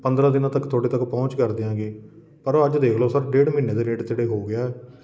ਪੰਦਰਾਂ ਦਿਨਾਂ ਤੱਕ ਤੁਹਾਡੇਤੱਕ ਪਹੁੰਚ ਕਰ ਦਿਆਂਗੇ ਪਰ ਅੱਜ ਦੇਖ ਲੋ ਸਰ ਡੇਢ ਮਹੀਨੇ ਦੇ ਨੇੜੇ ਤੇੜੇ ਹੋ ਗਿਆ